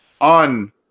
on